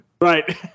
Right